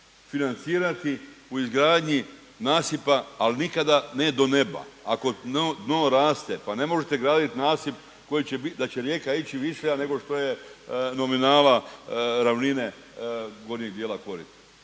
financirati u izgradnji nasipa ali nikada ne do neba. Ako dno raste pa ne možete graditi nasip koji će biti, da će rijeka ići viša nego što je nominala ravnine gornjeg dijela korita.